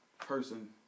person